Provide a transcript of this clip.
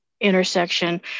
intersection